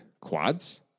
Quads